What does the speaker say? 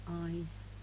eyes